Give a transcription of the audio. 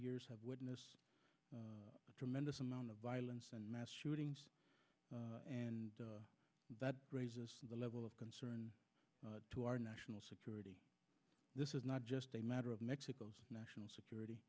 years have witnessed a tremendous amount of violence and mass shootings and that raises the level of concern to our national security this is not just a matter of mexico's national security